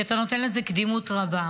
כי אתה נותן לזה קדימות רבה.